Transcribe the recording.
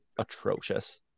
atrocious